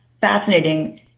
fascinating